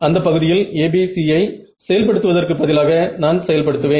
அந்த பகுதியில் ABC ஐ செயல்படுத்துவதற்கு பதிலாக நான் செயல் படுத்துவேன்